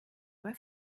bei